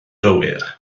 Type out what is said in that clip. gywir